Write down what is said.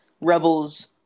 rebels